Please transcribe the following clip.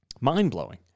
mind-blowing